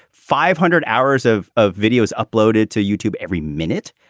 five hundred hours of of video is uploaded to youtube every minute.